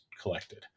collected